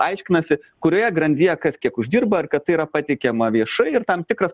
aiškinasi kurioje grandyje kas kiek uždirba ar kad yra pateikiama viešai ir tam tikras